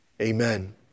Amen